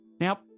Now